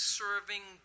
serving